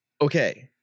Okay